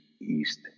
East